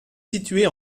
situées